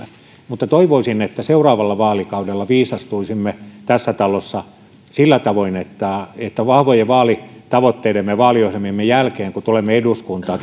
mutta toivoisin että seuraavalla vaalikaudella viisastuisimme tässä talossa sillä tavoin että kun vahvojen vaalitavoitteidemme ja vaaliohjelmiemme jälkeen tulemme eduskuntaan